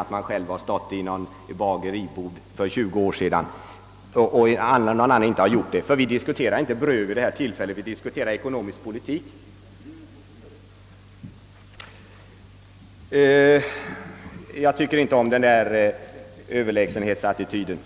att man själv stått i någon bagarbod för 20 år sedan och att någon annan inte gjort det, ty vi diskuterar inte bröd nu utan ekonomisk politik. Jag tycker inte om den där överlägsenhetsattityden.